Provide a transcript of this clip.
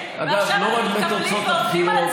למה המבוטח צריך לחזור לבית מרקחת רק של קופות החולים?